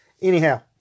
anyhow